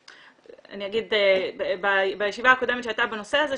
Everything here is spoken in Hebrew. אני אגיד שבישיבה הקודמת שהייתה בנושא הזה,